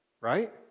Right